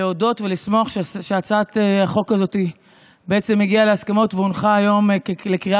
המשפחה, התשפ"ב 2022, של חברת הכנסת קרן